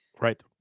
Right